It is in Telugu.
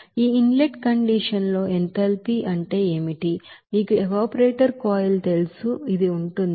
ఈ ఇన్ లెట్ కండిషన్ లో ఎంథాల్పీ అంటే ఏమిటి మీకు ఎవాపరేటర్ కాయిల్ తెలుసు ఇది ఉంటుంది